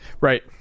Right